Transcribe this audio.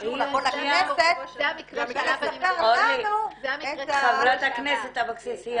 האישור לבוא לכנסת ולספר לנו --- חברת הכנסת אבקסיס,